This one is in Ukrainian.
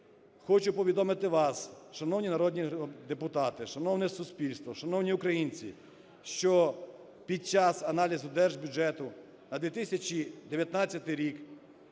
Хочу повідомити вас, шановні народні депутати, шановне суспільство, шановні українці, що під час аналізу Держбюджету на 2019 рік